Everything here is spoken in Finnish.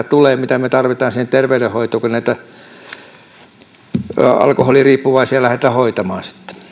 tulee ja joita me tarvitsemme siihen terveydenhoitoon kun näitä alkoholiriippuvaisia lähdetään hoitamaan